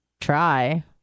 try